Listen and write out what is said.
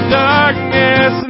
darkness